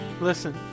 listen